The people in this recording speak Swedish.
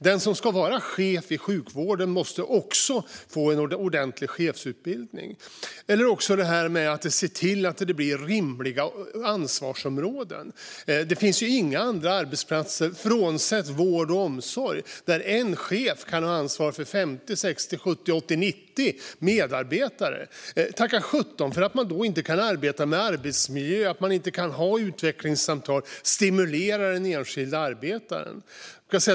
Den som ska vara chef i sjukvården måste också få en ordentlig chefsutbildning. Vi måste också se till att det blir rimliga ansvarsområden. Det finns inga arbetsplatser utanför vård och omsorg där en chef kan ha ansvar för 50, 60, 70, 80 eller 90 medarbetare. Tacka sjutton för att man då varken kan arbeta med arbetsmiljö, ha utvecklingssamtal eller stimulera den enskilde arbetaren.